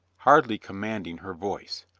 hardly commanding her voice.